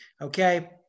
Okay